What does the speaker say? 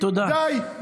די.